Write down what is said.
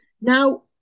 Now